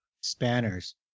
Spanners